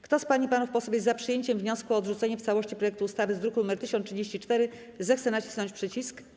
Kto z pań i panów posłów jest za przyjęciem wniosku o odrzucenie w całości projektu ustawy z druku nr 1034, zechce nacisnąć przycisk.